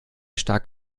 stark